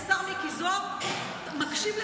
כי השר מיקי זוהר מקשיב לזה,